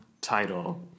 title